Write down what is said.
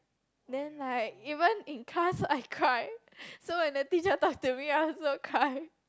then like even in class I cried so when the teacher talked to me I also cried